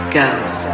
goes